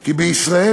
כי בישראל,